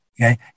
Okay